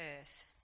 earth